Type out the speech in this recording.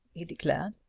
he declared.